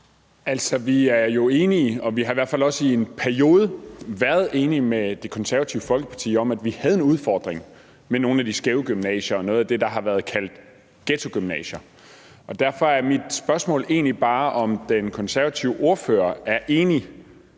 Vi er enige i, og vi har jo i hvert fald også i en periode været enige med Det Konservative Folkeparti om, at vi havde en udfordring med nogle af de skæve gymnasier – det, der har været kaldt ghettogymnasier. Derfor er mit spørgsmål egentlig bare, om den konservative ordfører var enig